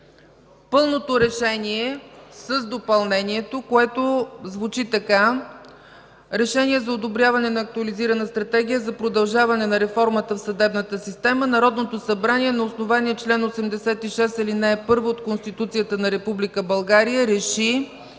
пълното Решение с допълнението, което звучи така: „РЕШЕНИЕ за одобряване на Актуализирана стратегия за продължаване на реформата в съдебната система Народното събрание на основание чл. 86, ал. 1 от Конституцията на Република